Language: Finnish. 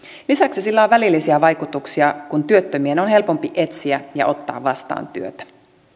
lisäksi sillä on välillisiä vaikutuksia kun työttömien on helpompi etsiä ja ottaa vastaan työtä